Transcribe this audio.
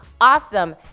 awesome